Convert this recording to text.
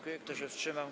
Kto się wstrzymał?